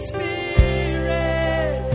Spirit